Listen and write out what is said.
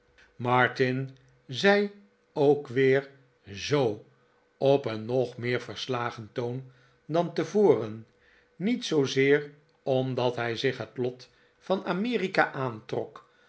martin zei ook weer zoo op een nog meer verslagen toon dan tevoren niet zoozeer omdat hij zich het lot van amerika aantrok